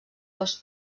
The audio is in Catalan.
dos